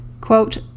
quote